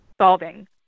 solving